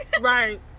Right